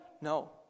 No